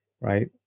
right